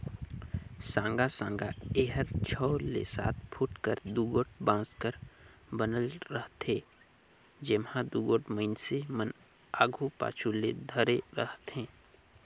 साँगा साँगा एहर छव ले सात फुट कर दुगोट बांस कर बनल रहथे, जेम्हा दुगोट मइनसे मन आघु पाछू ले धरे रहथे